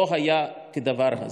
לא היה כדבר הזה.